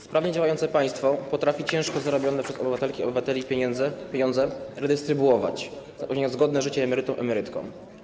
Sprawnie działające państwo potrafi ciężko zarobione przez obywatelki i obywateli pieniądze redystrybuować, zapewniając godne życie emerytom i emerytkom.